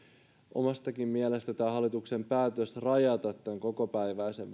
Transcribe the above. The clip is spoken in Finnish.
omastakin mielestäni hallituksen päätös rajata oikeutta kokopäiväiseen